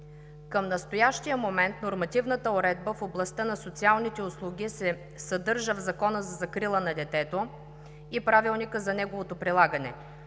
Към настоящия момент, нормативната уредба в областта на социалните услуги се съдържа в Закона за закрила на детето, и Правилника за неговото прилагане.